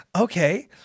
Okay